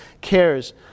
cares